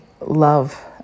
love